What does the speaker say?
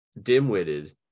dim-witted